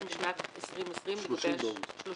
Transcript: החל משנת 2020 לגבי קודמת;"